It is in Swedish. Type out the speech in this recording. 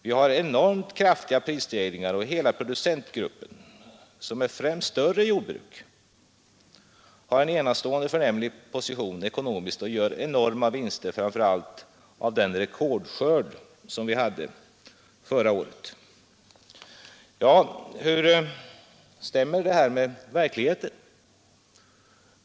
Vi har enormt kraftiga prisstegringar, och hela producentgruppen, som är främst större jordbruk, har en enastående förnämlig position ekonomiskt och gör enorma vinster framför allt av den rekordskörd som vi hade förra året.” Hur stämmer detta med verkligheten?